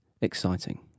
exciting